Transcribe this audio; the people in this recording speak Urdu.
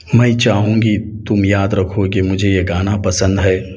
میں چاہوں گی تم یاد رکھو گے مجھے یہ گانا پسند ہے